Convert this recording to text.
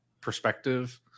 perspective